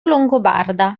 longobarda